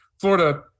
Florida